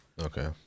Okay